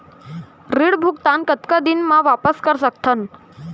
ऋण भुगतान कतका दिन म वापस कर सकथन?